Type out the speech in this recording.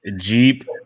Jeep